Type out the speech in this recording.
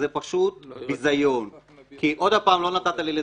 זה פשוט ביזיון כי עוד פעם לא נתת לי לדבר,